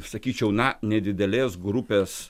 sakyčiau na nedidelės grupės